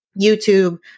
YouTube